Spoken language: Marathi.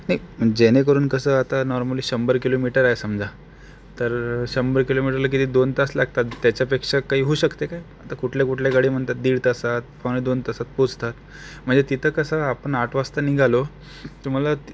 नाही जेणेकरून कसं आता नॉर्मली शंभर किलोमीटर आहे समजा तर शंभर किलोमीटरला किती दोन तास लागतात त्याच्यापेक्षा काही होऊ शकते का आता कुठल्या कुठल्या गाडी म्हणतात दीड तासात पावणे दोन तासात पोचतात म्हणजे तिथं कसं आपण आठ वाजता निघालो तुम्हाला